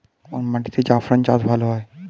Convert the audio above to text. কোন মাটিতে জাফরান চাষ ভালো হয়?